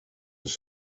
were